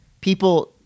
people